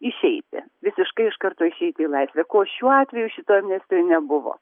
išeiti visiškai iš karto išeiti į laisvę ko šiuo atveju šitoj amnestijoj nebuvo